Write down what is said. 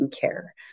care